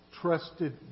trusted